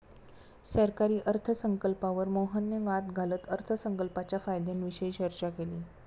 सरकारी अर्थसंकल्पावर मोहनने वाद घालत अर्थसंकल्पाच्या फायद्यांविषयी चर्चा केली